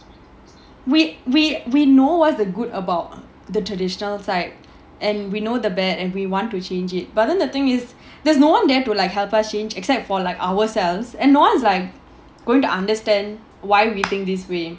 we we we know what's the good about the traditional side and we know the bad and we want to change it but then the thing is there's no one there to like help us change except for like ourselves and no one is like going to understand why we think this way